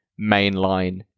mainline